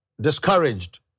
discouraged